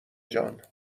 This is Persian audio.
جان